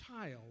child